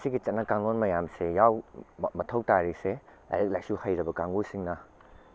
ꯁꯤꯒꯤ ꯆꯠꯅ ꯀꯥꯡꯂꯣꯟ ꯃꯌꯥꯝꯁꯦ ꯌꯥꯎꯕ ꯃꯊꯧ ꯇꯥꯔꯤꯁꯦ ꯂꯥꯏꯔꯤꯛ ꯂꯥꯏꯁꯨ ꯍꯩꯔꯕ ꯀꯥꯡꯕꯨꯁꯤꯡꯅ